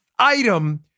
Item